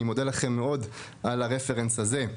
אני מודה לכם מאוד על ה- Reference הזה.